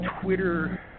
Twitter –